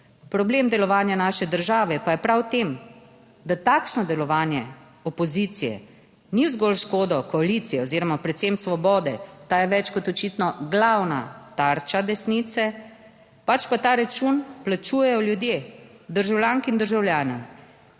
Problem delovanja naše države pa je prav v tem, da takšno delovanje opozicije ni zgolj v škodo koalicije oziroma predvsem svobode. Ta je več kot očitno glavna tarča desnice, pač pa ta račun plačujejo ljudje, državljanke in državljani.